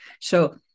So-